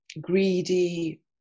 greedy